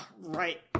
Right